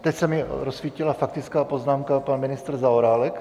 Teď se mi rozsvítila faktická poznámka, pan ministr Zaorálek.